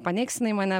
paneigs jinai mane